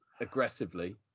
aggressively